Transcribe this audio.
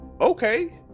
okay